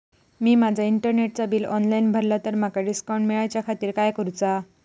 मी माजा इंटरनेटचा bill online भरला तर माका डिस्काउंट मिलाच्या खातीर काय करुचा?